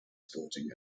sporting